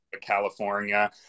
California